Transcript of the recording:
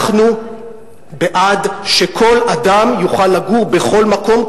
אנחנו בעד שכל אדם יוכל לגור בכל מקום,